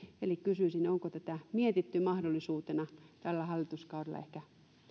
eli kysyisin onko tätä mietitty mahdollisuutena tällä hallituskaudella ehkä